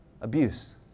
abuse